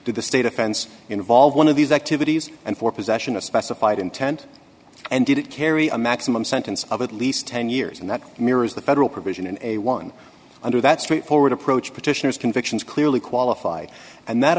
to the state offense involve one of these activities and for possession of specified intent and did it carry a maximum sentence of at least ten years and that mirrors the federal provision in a one under that straightforward approach petitioners convictions clearly qualify and that